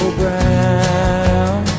brown